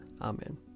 Amen